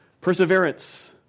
perseverance